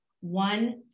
One